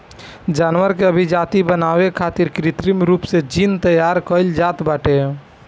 जानवर के अभिजाति बनावे खातिर कृत्रिम रूप से जीन तैयार कईल जात बाटे